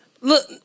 look